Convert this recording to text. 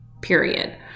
period